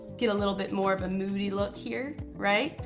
get a little bit more of a moody look here, right.